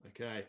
Okay